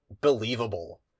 believable